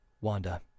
Wanda